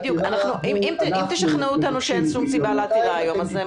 אם תשכנעו אותנו שאין שום סיבה לעתירה היום --- יש עתירה.